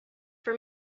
for